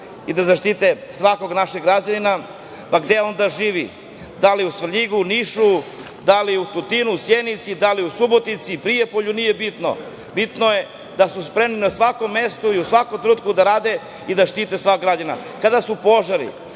i da zaštite svakog našeg građanina, pa gde on da živi, da li u Svrljigu, Nišu, da li u Tutinu, Sjenici, da li u Subotici, Prijepolju, nije bitno, bitno je da su spremni na svakom mestu i u svakom trenutku da rade i da štite svakog građanina. Kada su požari,